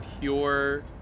pure